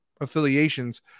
affiliations